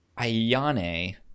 Ayane